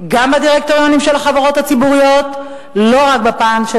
גם בדירקטוריונים של החברות הציבוריות לא רק בפן של